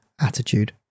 attitude